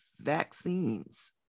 vaccines